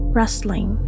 rustling